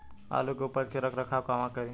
आलू के उपज के रख रखाव कहवा करी?